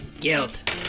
Guilt